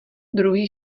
druhý